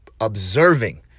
observing